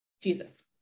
Jesus